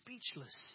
speechless